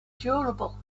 durable